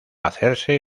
hacerse